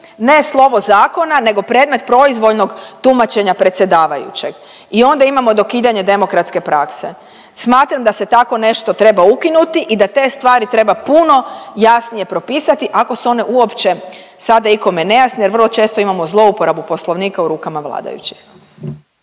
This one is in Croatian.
ne slovo zakona nego predmet proizvoljnog tumačenja predsjedavajućeg i onda imamo dokidanje demokratske prakse. Smatram da se tako nešto treba ukinuti i da te stvari treba puno jasnije propisati ako su one sada ikome nejasne jer vrlo često imamo zlouporabu Poslovnika u rukama vladajućih.